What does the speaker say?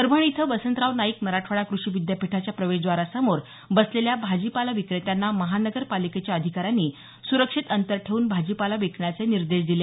परभणी इथं वसंतराव नाईक मराठवाडा कृषी विद्यापीठाच्या प्रवेशद्वारासमोर बसलेल्या भाजीपाला विक्रेत्यांना महानगर पालिकेच्या आधिकाऱ्यांनी सुरक्षित अंतर ठेवून भाजीपाला विकण्याचे निर्देश दिले